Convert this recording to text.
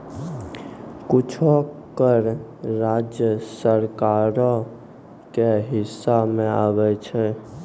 कुछो कर राज्य सरकारो के हिस्सा मे आबै छै